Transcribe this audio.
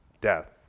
death